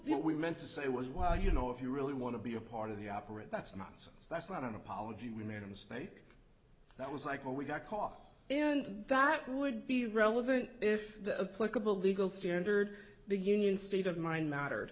we meant to say was well you know if you really want to be a part of the operate that's not so that's not an apology we made a mistake that was like oh we got caught and that would be relevant if the of clickable legal standard the union state of mind mattered